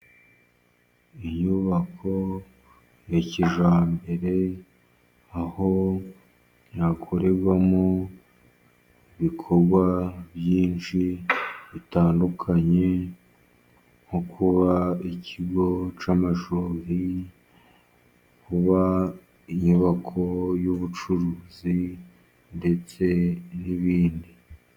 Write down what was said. Inyubako ya kijyambere, aho yakorerwamo ibikorwa byinshi bitandukanye, nko kuba ikigo cy'amashuri, kuba inyubako y'ubucuruzi ndetse n'ibindi.